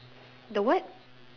the what